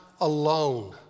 alone